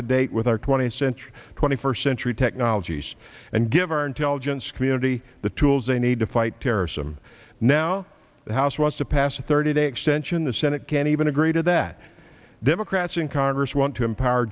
to date with our twentieth century twenty first century technologies and give our intelligence community the tools they need to fight terrorism now the house was to pass a thirty day extension the senate can't even agree to that democrats in congress want to empower